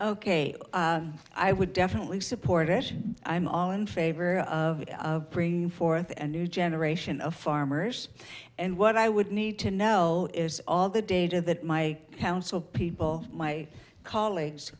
ok i would definitely support it i'm all in favor of forth and new generation of farmers and what i would need to know is all the data that my council people my colleagues